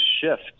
shift